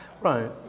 right